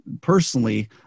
personally